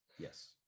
yes